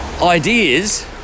Ideas